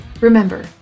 Remember